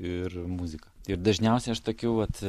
ir muziką ir dažniausiai aš tokių vat